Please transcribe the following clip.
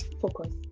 focus